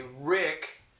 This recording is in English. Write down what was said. Rick